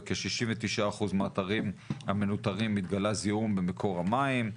בכ-69% מהאתרים המנוטרים התגלה זיהום במקור המים.